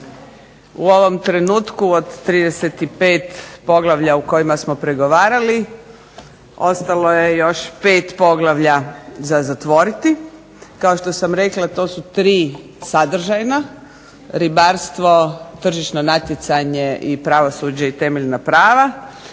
u ovom trenutku od 35 poglavlja u kojima smo pregovarali ostalo je 5 poglavlja za zatvoriti. Kao što sam rekla to su tri sadržajna, Ribarstvo, Tržišno natjecanje i Pravosuđe i temeljna prava